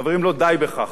חברים, לא די בכך.